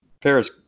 Paris